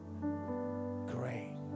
Great